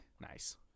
nice